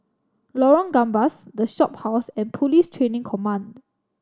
Lorong Gambas The Shophouse and Police Training Command